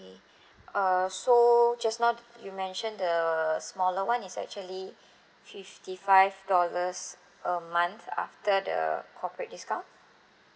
uh so just now you mentioned the smaller one is actually fifty five dollars a month after the corporate discount